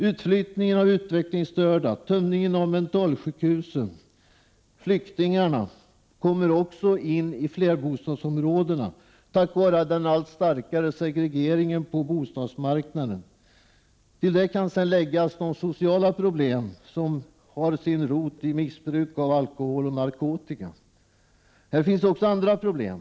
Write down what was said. Utflyttningen av utvecklingsstörda, tömningen av mentalsjukhusen och och även flyktingströmmen har lett till att nya grupper av människor kommer in i flerbostadsområdena, vilket sammanhänger med den allt starkare segregeringen på bostadsmarknaden. Till detta kan sedan läggas de sociala problem som har sin rot i missbruk av alkohol och narkotika. I detta sammanhang finns också andra problem.